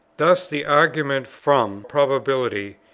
thus the argument from probability,